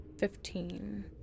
Fifteen